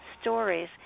stories